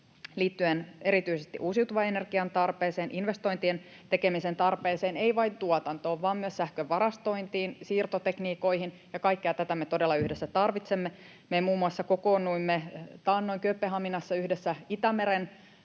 liittyen erityisesti uusiutuvan energian tarpeeseen, investointien tekemisen tarpeeseen, ei vain tuotantoon, vaan myös sähkön varastointiin, siirtotekniikoihin, ja kaikkea tätä me todella yhdessä tarvitsemme. Me muun muassa kokoonnuimme taannoin Kööpenhaminassa yhdessä Itämeren